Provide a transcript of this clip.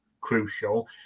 crucial